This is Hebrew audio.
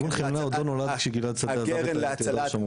ארגון חמלה עוד לא נולד כשגלעד שדה עזב את יהודה ושומרון.